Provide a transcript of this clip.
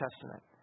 Testament